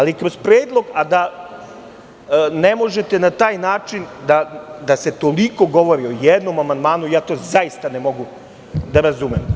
Kroz predlog, a da ne možete na taj način da se toliko govori o jednom amandmanu, ja to ne mogu da razumem.